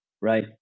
right